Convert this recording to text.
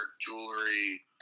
jewelry